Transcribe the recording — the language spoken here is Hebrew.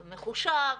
מחושב,